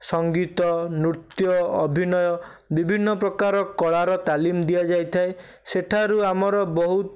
ସଙ୍ଗୀତ ନୃତ୍ୟ ଅଭିନୟ ବିଭିନ୍ନ ପ୍ରକାର କଳାର ତାଲିମ ଦିଆଯାଇଥାଏ ସେଠାରୁ ଆମର ବହୁତ